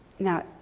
Now